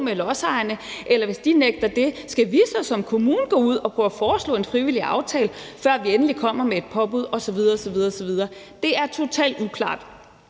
med lodsejerne? Eller hvis de nægter det, skal vi så som kommune gå ud og prøve at foreslå en frivillig aftale, før vi endelig kommer med et påbud osv. osv.? Det er totalt uklart.